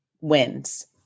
wins